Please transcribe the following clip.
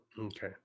Okay